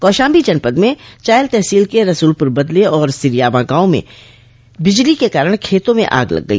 कौशाम्बी जनपद में चायल तहसील के रसूलपुर बदले और सिरयावां गांव में बिजली के कारण खेतों में आग लग गई